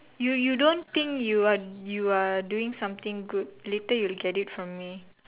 you you don't think you are you are doing something good later you will get it from me